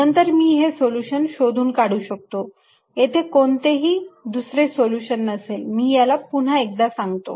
नंतर मी हे सोल्युशन शोधून काढू शकतो येथे कोणतेही दुसरे सोल्युशन नसेल मी याला पुन्हा एकदा सांगतो